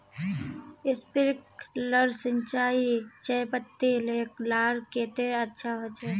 Sprinkler सिंचाई चयपत्ति लार केते अच्छा होचए?